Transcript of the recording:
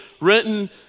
written